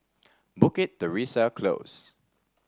Bukit Teresa Close